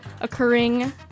occurring